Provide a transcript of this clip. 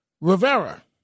Rivera